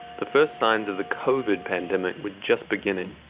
the first signs of the covid pandemic were just beginning,